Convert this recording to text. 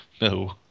no